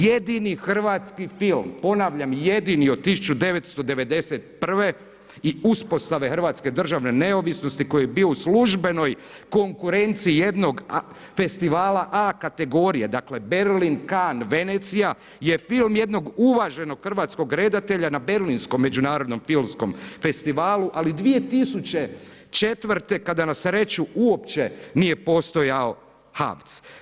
Jedini hrvatski film, ponavljam jedini od 1991. i uspostave hrvatske državne neovisnosti, koji je bio u službenoj konkurenciji jednog festivala A kategorije, dakle Berlin, Can, Venecija, je film jednog uvaženog hrvatskog redatelja na berlinskom međunarodnom filmskom festivalu, ali 2004. kada na sreću uopće nije postojao HAVC.